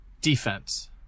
defense